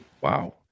Wow